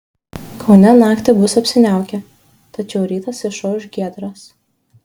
kaune naktį bus apsiniaukę tačiau rytas išauš giedras